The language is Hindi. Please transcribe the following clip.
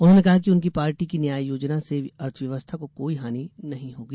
उन्होंने कहा कि उनकी पार्टी की न्याय योजना से अर्थव्यवस्था को कोई हानि नही होगी